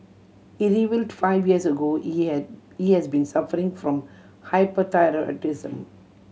he reveal five years ago he he has been suffering from hyperthyroidism